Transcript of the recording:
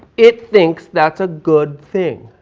it thinks that's a good thing.